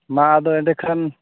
ᱢᱟ ᱟᱫᱚ ᱮᱸᱰᱮ ᱠᱷᱟᱱ